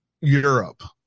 Europe